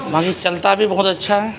باقی چلتا بھی اچّھا ہے